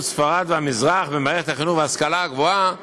ספרד והמזרח במערכת החינוך וההשכלה הגבוהה,